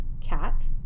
cat